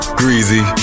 greasy